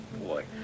boy